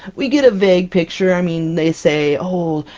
we get a vague picture, i mean they say, oh,